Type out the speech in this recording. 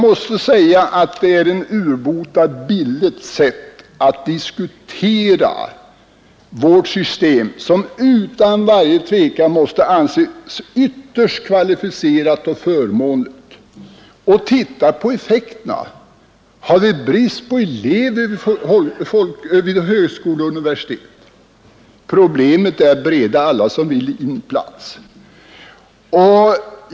Detta är ett urbota billigt sätt att diskutera vårt system, som utan varje tvekan måste anses vara ytterst kvalificerat och förmånligt. Titta på effekterna! Har vi brist på elever vid högskolor och universitet? Problemet är att bereda alla som vill in plats.